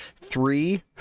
three